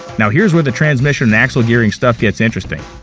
now here's where the transmission and axle gearing stuff gets interesting.